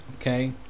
Okay